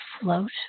float